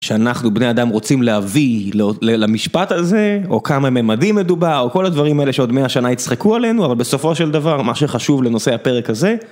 שאנחנו בני אדם רוצים להביא למשפט הזה או כמה ממדים מדובר או כל הדברים האלה שעוד 100 שנה יצחקו עלינו אבל בסופו של דבר מה שחשוב לנושא הפרק הזה.